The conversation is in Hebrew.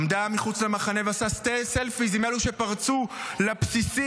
עמדה מחוץ למחנה ועשתה סלפי עם אלה שפרצו לבסיסים,